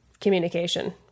communication